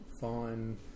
fine